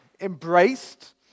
embraced